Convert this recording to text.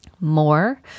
more